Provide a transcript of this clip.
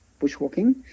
bushwalking